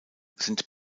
sind